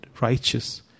righteous